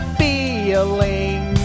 feeling